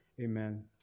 Amen